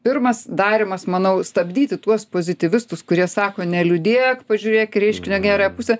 pirmas darymas manau stabdyti tuos pozityvistus kurie sako neliūdėk pažiūrėk į reiškinio gerąją pusę